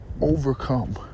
overcome